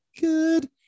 good